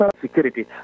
security